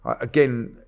Again